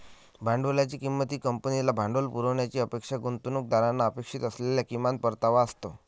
भांडवलाची किंमत ही कंपनीला भांडवल पुरवण्याची अपेक्षा गुंतवणूकदारांना अपेक्षित असलेला किमान परतावा असतो